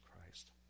Christ